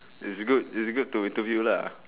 it's good it's good to interview lah